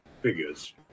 figures